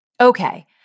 Okay